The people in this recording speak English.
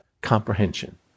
comprehension